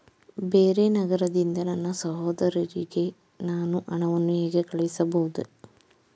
ಬೇರೆ ನಗರದಿಂದ ನನ್ನ ಸಹೋದರಿಗೆ ನಾನು ಹಣವನ್ನು ಹೇಗೆ ಕಳುಹಿಸಬಹುದು?